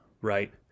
right